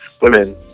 women